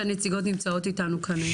שהנציגות נמצאות איתנו כאן היום.